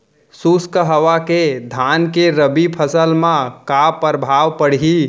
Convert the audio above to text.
शुष्क हवा के धान के रबि फसल मा का प्रभाव पड़ही?